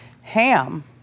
Ham